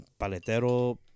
paletero